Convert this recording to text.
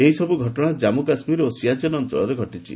ଏହିସବୁ ଘଟଣା ଜାମ୍ମୁ କାଶ୍ମୀର ଓ ସିଆଚେନ ଅଞ୍ଚଳରେ ଘଟିଛି